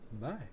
Bye